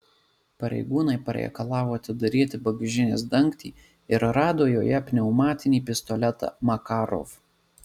pareigūnai pareikalavo atidaryti bagažinės dangtį ir rado joje pneumatinį pistoletą makarov